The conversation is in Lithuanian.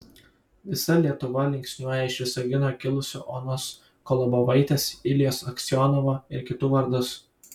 visa lietuva linksniuoja iš visagino kilusių onos kolobovaitės iljos aksionovo ir kitų vardus